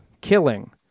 killing